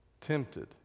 tempted